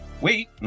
Wait